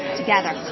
together